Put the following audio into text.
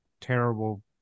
terrible